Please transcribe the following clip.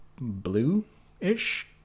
blue-ish